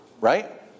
right